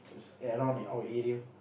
is at around the our area